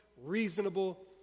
reasonable